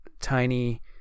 tiny